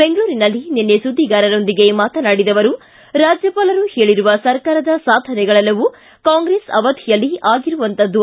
ಬೆಂಗಳೂರಿನಲ್ಲಿ ನಿನ್ನೆ ಸುದ್ದಿಗಾರರೊಂದಿಗೆ ಮಾತನಾಡಿದ ಅವರು ರಾಜ್ಯಪಾಲರು ಹೇಳಿರುವ ಸರ್ಕಾರದ ಸಾಧನೆಗಳೆಲ್ಲವೂ ಕಾಂಗ್ರೆಸ್ ಅವಧಿಯಲ್ಲಿ ಆಗಿರುವಂತದ್ದು